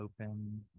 open